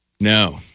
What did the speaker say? No